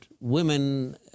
women